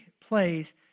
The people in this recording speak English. plays